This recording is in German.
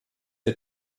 der